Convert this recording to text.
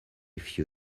few